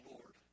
Lord